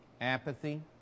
apathy